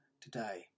today